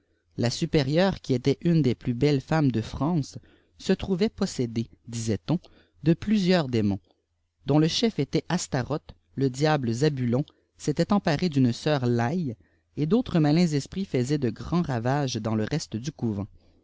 la supérieure oui était une ds plus belles femmes de france se trouvait possédée di sait-on de plusieurs démons dont le chefétait astaroth le diable zabulon s'était emparé d'une œur laye et d'autres malins esprits faisaient de grands ravages dans lé reste dti couvent